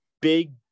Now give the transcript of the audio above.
big